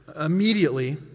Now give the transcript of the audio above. immediately